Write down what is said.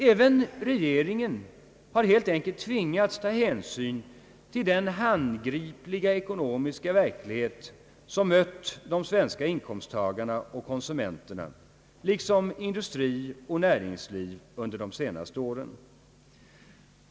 även regeringen har helt enkelt tvingats ta hänsyn till den handgripliga ekonomiska verklighet som mött de svenska inkomsttagarna och konsumenterna liksom industri och näringsliv under de senaste åren.